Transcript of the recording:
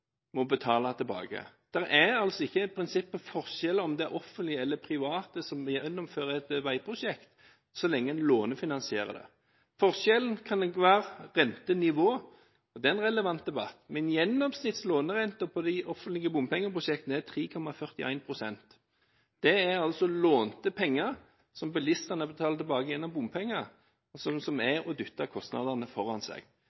må betale tilbake. Det er altså i prinsippet ikke forskjell på om det er offentlige eller private som gjennomfører et veiprosjekt så lenge man lånefinansierer det. Forskjellen kan være rentenivå, og det er en relevant debatt, men gjennomsnitts lånerente på de offentlige bompengeprosjektene er 3,41 pst. Det er altså lånte penger som bilistene betaler tilbake gjennom bompenger, og det er å dytte kostnadene foran seg.